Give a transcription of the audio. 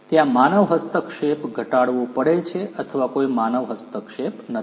ત્યાં માનવ હસ્તક્ષેપ ઘટાડવો પડે છે અથવા કોઈ માનવ હસ્તક્ષેપ નથી